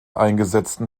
eingesetzten